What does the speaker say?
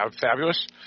fabulous